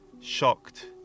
shocked